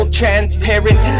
transparent